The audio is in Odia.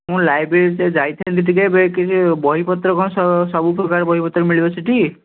ମୁଁ ଲାଇବ୍ରେରୀ ସେ ଯାଇଥାନ୍ତି ଟିକେ ଏବେ କିଛି ବହିପତ୍ର କ'ଣ ସ ସବୁପ୍ରକାର ବହିପତ୍ର ମିଳିବ ସେଠି